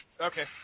Okay